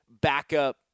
backup